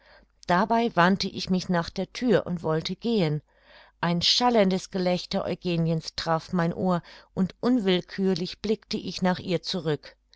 dabei wandte ich mich nach der thür und wollte gehen ein schallendes gelächter eugeniens traf mein ohr und unwillkürlich blickte ich nach ihr zurück